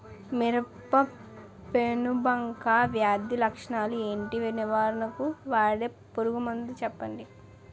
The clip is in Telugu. మిరప పెనుబంక వ్యాధి లక్షణాలు ఏంటి? నివారణకు వాడే పురుగు మందు చెప్పండీ?